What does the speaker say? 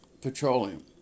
petroleum